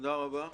תודה רבה.